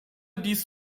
dies